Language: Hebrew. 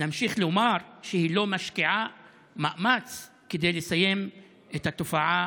נמשיך לומר שהיא לא משקיעה מאמץ כדי לסיים את התופעה